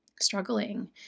struggling